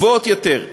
גבוהות יותר.